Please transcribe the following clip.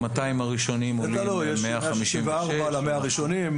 ה-200 הראשונים עולים 156. 164 ה-100 הראשונים,